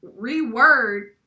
reword